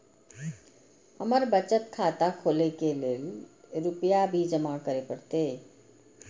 हमर बचत खाता खोले के लेल रूपया भी जमा करे परते?